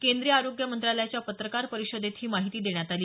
केंद्रीय आरोग्य मंत्रालयाच्या पत्रकार परिषदेत ही माहिती देण्यात आली